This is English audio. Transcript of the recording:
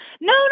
no